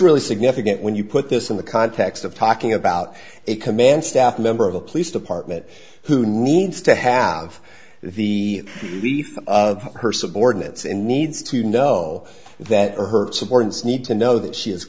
really significant when you put this in the context of talking about a command staff member of a police department who needs to have the lead of her subordinates and needs to know that her subordinates need to know that she is